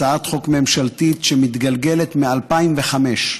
הצעת חוק ממשלתית שמתגלגלת מ-2005.